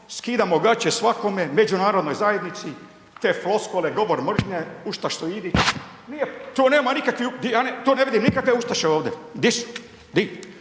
skidamo gaće svakome, međunarodnoj zajednici, te floskule govor mržnje, ustašoidi, nije, to nema nikakve, to ne vidi nikakve ustaše ovde. Di su, di?